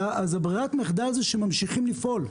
ברירת המחדל היא שממשיכים לפעול.